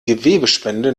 gewebespende